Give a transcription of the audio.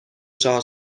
چهار